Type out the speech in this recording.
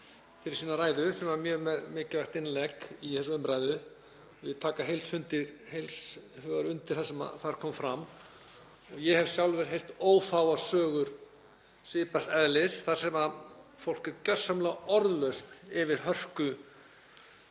fyrir sína ræðu sem var mjög mikilvægt innlegg í þessa umræðu og tek heils hugar undir það sem þar kom fram. Ég hef sjálfur heyrt ófáar sögur svipaðs eðlis þar sem fólk er gjörsamlega orðlaust yfir hörku